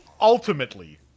Ultimately